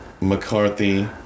McCarthy